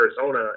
Arizona